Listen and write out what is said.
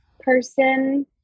person